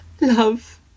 Love